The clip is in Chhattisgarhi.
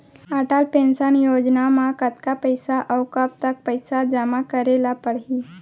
अटल पेंशन योजना म कतका पइसा, अऊ कब तक पइसा जेमा करे ल परही?